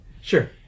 sure